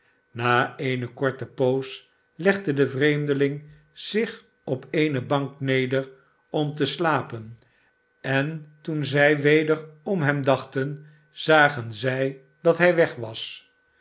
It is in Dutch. na eene korte poos legde de vreemdeling zich op eene bank neder om te slapen en toen zij weder om hem dachten zagen zij dat hij weg was